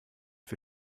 für